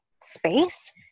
space